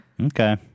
Okay